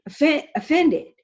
offended